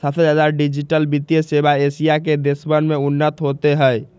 सबसे ज्यादा डिजिटल वित्तीय सेवा एशिया के देशवन में उन्नत होते हई